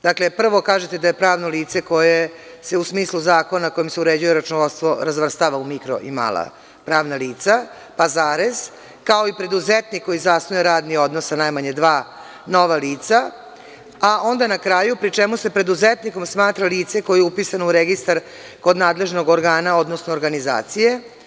Dakle, prvo kažete da je pravno lice koje se u smislu zakona kojim se uređuje računovodstvo razvrstava u mikro i mala pravna lica, pa zarez, kao i preduzetnik koji zasnujeradni odnos sa najmanje dva nova lica, a onda na kraju, pri čemu se preduzetnikom smatra lice upisano u registar kod nadležnog organa, odnosno organizacije.